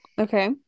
Okay